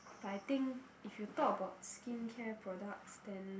but I think if you talk about skincare products then